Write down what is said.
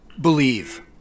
believe